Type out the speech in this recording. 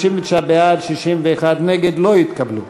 בדבר הפחתת תקציב לא נתקבלו.